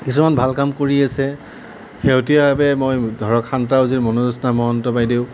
কিছুমান ভাল কাম কৰি আছে শেহতীয়াভাৱে মই ধৰক শান্তা উজীৰ মনোজ্যোৎস্না মহন্ত বাইদেউ